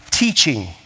Teaching